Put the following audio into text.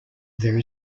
there